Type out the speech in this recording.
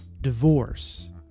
divorce